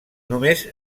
només